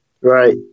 Right